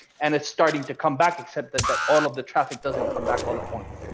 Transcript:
and it's starting to come back, except that that all of the traffic doesn't come back all at once.